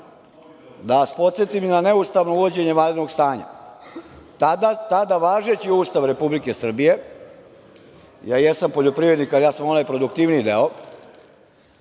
vas podsetim i na neustavno uvođenje vanrednog stanja. Tada važeći Ustav Republike Srbije, ja jesam poljoprivrednik ali sam onaj produktivniji deo,